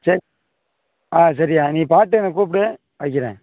சரி ஆ சரிய்யா நீ பார்த்து எனக்கு கூப்பிடு வைக்கிறேன்